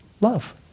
Love